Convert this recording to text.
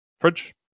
Fridge